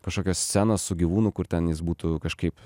kažkokią sceną su gyvūnu kur ten jis būtų kažkaip